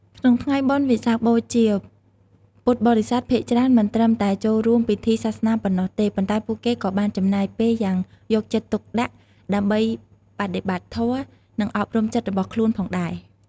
ក្នុងថ្ងៃបុណ្យវិសាខបូជា ពុទ្ធបរិស័ទភាគច្រើនមិនត្រឹមតែចូលរួមពិធីសាសនាប៉ុណ្ណោះទេ ប៉ុន្តែពួកគេក៏បានចំណាយពេលយ៉ាងយកចិត្តទុកដាក់ដើម្បីបដិបត្តិធម៌ និងអប់រំចិត្តរបស់ខ្លួនផងដែរ។